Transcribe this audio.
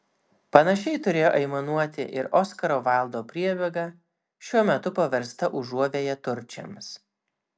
panašiai turėjo aimanuoti ir oskaro vaildo priebėga šiuo metu paversta užuovėja turčiams